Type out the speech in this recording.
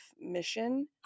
mission